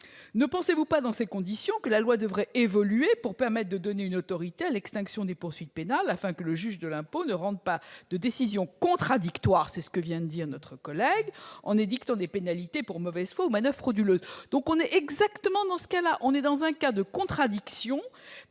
Ne pensez-vous pas, dans ces conditions, que la loi devrait évoluer pour donner une autorité à l'extinction des poursuites pénales, afin que le juge de l'impôt ne rende pas de décision contradictoire, comme vient de le dire notre collègue, en édictant des pénalités pour mauvaise foi ou manoeuvres frauduleuses ?